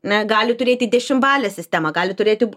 ne gali turėti dešimbalę sistemą gali turėti